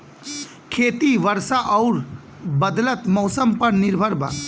खेती वर्षा और बदलत मौसम पर निर्भर बा